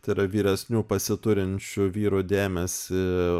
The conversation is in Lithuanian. tai yra vyresnių pasiturinčių vyrų dėmesį